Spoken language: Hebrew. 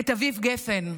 את אביב גפן.